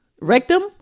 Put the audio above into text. rectum